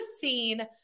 scene